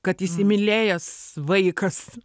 kad įsimylėjęs vaikas